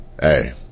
hey